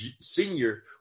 senior